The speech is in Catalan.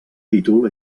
títol